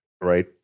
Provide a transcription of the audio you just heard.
right